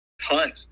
Hunt